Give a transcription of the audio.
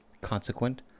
consequent